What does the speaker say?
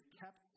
kept